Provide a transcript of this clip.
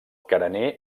carener